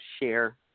share